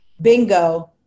Bingo